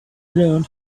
learned